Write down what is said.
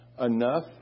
enough